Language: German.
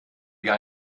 gar